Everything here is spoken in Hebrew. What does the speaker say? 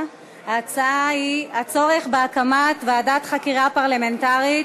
ההצעה היא: הצורך בהקמת ועדת חקירה פרלמנטרית